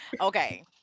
Okay